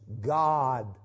God